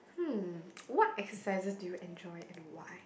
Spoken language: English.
hmm what exercises do you enjoy and why